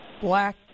black